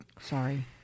sorry